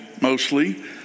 mostly